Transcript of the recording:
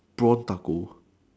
prawn taco